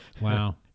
Wow